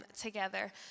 together